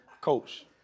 coach